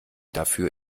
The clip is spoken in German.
dafür